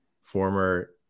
former